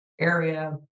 area